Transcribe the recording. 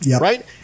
Right